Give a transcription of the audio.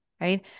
right